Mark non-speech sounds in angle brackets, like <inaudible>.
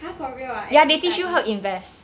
!huh! for real ah <noise> study